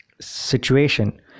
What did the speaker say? situation